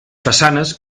façanes